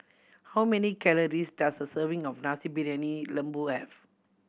how many calories does a serving of Nasi Briyani Lembu have